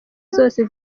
zose